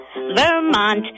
Vermont